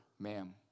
Ma'am